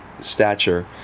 stature